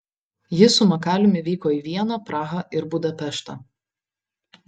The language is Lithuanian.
ji su makaliumi vyko į vieną prahą ir budapeštą